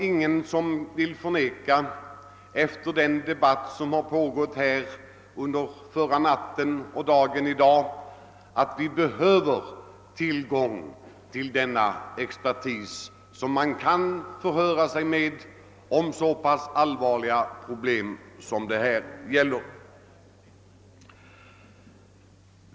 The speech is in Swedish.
Ingen kan väl förneka efter den debatt som har pågått under natten och i dag att vi behöver tillgång till sådan expertis, så att vi kan förhöra oss med den beträffande så allvarliga problem som det det nu gäller.